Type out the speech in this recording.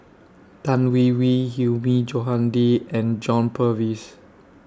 Tan Hwee Hwee Hilmi Johandi and John Purvis